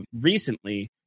recently